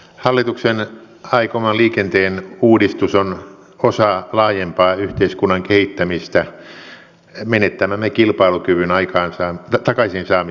hallituksen aikoma liikenteen uudistus on osa laajempaa yhteiskunnan kehittämistä menettämämme kilpailukyvyn takaisin saamiseksi